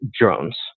drones